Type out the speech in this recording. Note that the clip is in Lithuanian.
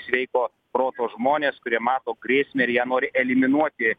sveiko proto žmonės kurie mato grėsmę ir ją nori eliminuoti